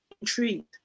intrigued